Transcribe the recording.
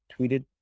tweeted